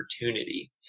Opportunity